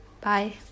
bye